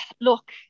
look